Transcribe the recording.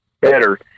better